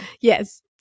yes